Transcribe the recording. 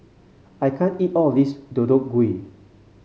I can't eat all of this Deodeok Gui